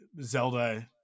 Zelda